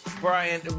Brian